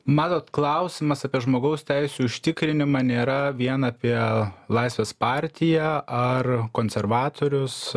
manot klausimas apie žmogaus teisių užtikrinimą nėra vien apie laisvės partiją ar konservatorius